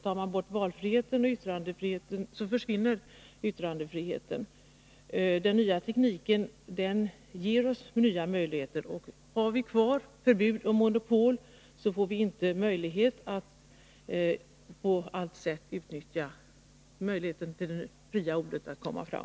Tar man bort valfriheten försvinner yttrandefriheten. Den nya tekniken ger oss också nya möjligheter. Har vi kvar förbud och monopol, ger vi inte det fria ordet möjlighet att komma fram.